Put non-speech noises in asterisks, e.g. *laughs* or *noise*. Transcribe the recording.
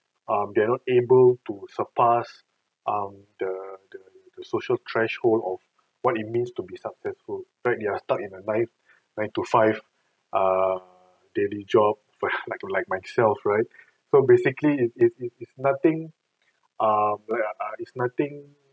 um they're not able to surpass um the the the social threshold of what it means to be successful right they're stuck in a nine nine to five err daily job *laughs* like like myself right so basically it's it's nothing ah it's nothing